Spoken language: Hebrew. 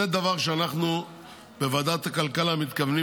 זה דבר שאנחנו בוועדת הכלכלה מתכוונים